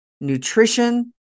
nutrition